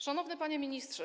Szanowny Panie Ministrze!